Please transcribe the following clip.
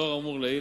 לאור האמור לעיל,